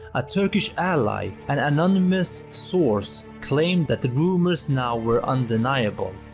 a turkish ally, an anonymous source claimed that the rumors now where undeniable.